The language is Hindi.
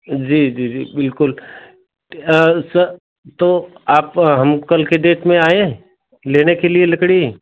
जी जी जी बिल्कुल टे स तो आप हम कल की डेट में आए लेने के लिए लकड़ी